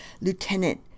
Lieutenant